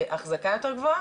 באחזקה יותר גבוהה,